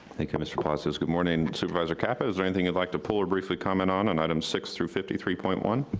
thank you, mr. palacios. good morning, supervisor caput, is there anything you'd like to pull or briefly comment on on items six through fifty three point one.